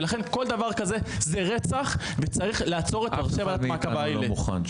ולכן כל דבר כזה זה רצח וצריך לעצור את ראשי -- אף אחד מאיתנו לא מוכן.